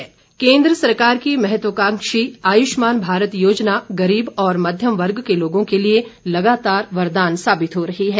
आयुष्मान केंद्र सरकार की महत्वकांक्षी आयुष्मान भारत योजना गरीब व मध्यम वर्ग के लोगों के लिए लगातार वरदान साबित हो रही है